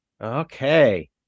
okay